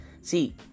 See